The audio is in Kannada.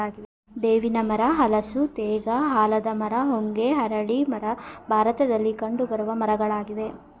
ಬೇವಿನ ಮರ, ಹಲಸು, ತೇಗ, ಆಲದ ಮರ, ಹೊಂಗೆ, ಅರಳಿ ಮರ ಭಾರತದಲ್ಲಿ ಕಂಡುಬರುವ ಮರಗಳಾಗಿವೆ